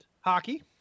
hockey